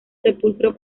sepulcro